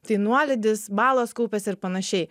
tai nuolydis balos kaupiasi ir panašiai